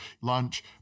Lunch